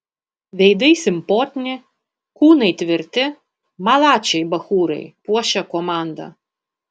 veidai simpotni kūnai tvirti malačiai bachūrai puošia komandą